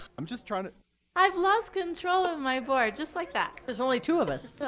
i'm just trying to i've lost control of my board just like that. there's only two of us.